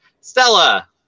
Stella